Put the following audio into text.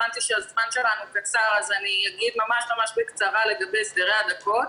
הבנתי שהזמן שלנו קצר אז אני אגיד בקצרה כמה מילים לגבי הסדרי הדקות.